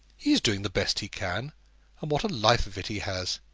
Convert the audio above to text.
he is doing the best he can and what a life of it he has.